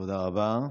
תודה רבה.